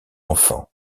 enfants